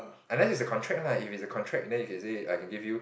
unless it's a contract lah if it's a contract then you can say I can give you